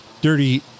Dirty